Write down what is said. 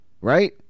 right